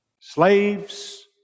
slaves